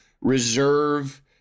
reserve